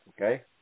Okay